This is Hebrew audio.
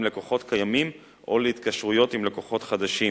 לקוחות קיימים או להתקשרויות עם לקוחות חדשים,